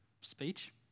speech